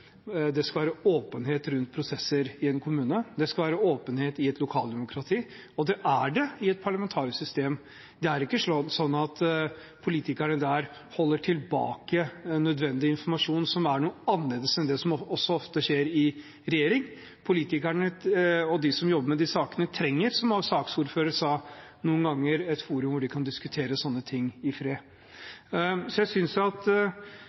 kommune, det skal være åpenhet i et lokaldemokrati – og det er det i et parlamentarisk system. Det er ikke sånn at politikerne der holder tilbake nødvendig informasjon annerledes enn det som også ofte skjer i regjering. Politikerne og de som jobber med disse sakene, trenger, som saksordføreren sa, noen ganger et forum hvor de kan diskutere ting i fred. Jeg synes på en måte at